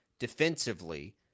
defensively